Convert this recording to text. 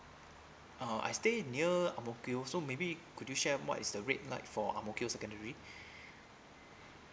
oh I stay near ang mo kio so maybe could you share what is the rate light for ang mo kio secondary